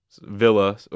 Villa